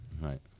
right